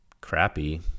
crappy